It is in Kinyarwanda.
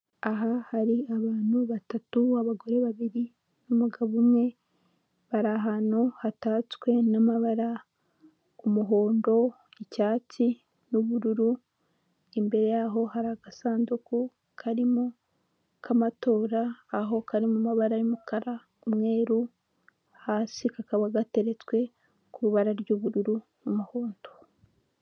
Aha hari abantu batatu abagore babiri n'umugabo umwe bari ahantu hatatswe n'amabara umuhondo, icyatsi n'ubururu imbere yaho hari agasanduku karimo k'amatora aho kari mu mabara y'umukara n'umweru hasi kakaba gateretswe ku ibara ry'ubururu n'umuhondo.